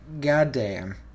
goddamn